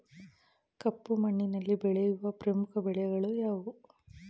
ಕಪ್ಪು ಮಣ್ಣಿನಲ್ಲಿ ಬೆಳೆಯುವ ಪ್ರಮುಖ ಬೆಳೆಗಳು ಯಾವುವು?